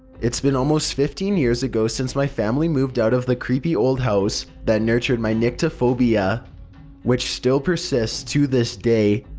it's been almost fifteen years ago since my family moved out of the creepy old house that nurtured my nyctophobia which still persists to this day.